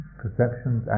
perceptions